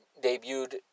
Debuted